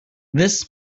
this